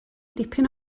dipyn